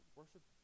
worship